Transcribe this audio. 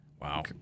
Wow